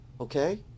okay